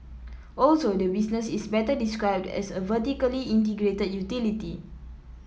also the business is better described as a vertically integrated utility